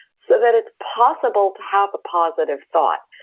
so that it's possible to have a positive thought.